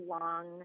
long –